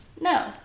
No